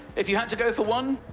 if you had to go for one?